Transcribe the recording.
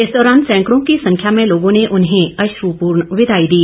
इस दौरान सैकड़ों की संख्या में लोगों ने उन्हें अश्रपूर्ण विदाई दी